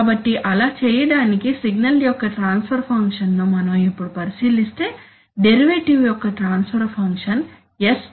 కాబట్టి అలా చేయడానికి సిగ్నల్ యొక్క ట్రాన్స్ఫర్ ఫంక్షన్ ను మనం ఇప్పుడు పరిశీలిస్తే డెరివేటివ్ యొక్క ట్రాన్స్ఫర్ ఫంక్షన్ s అయినప్పుడు